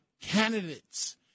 candidates